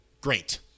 great